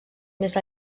més